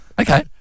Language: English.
Okay